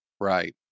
Right